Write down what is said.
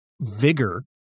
vigor